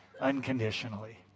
unconditionally